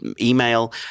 email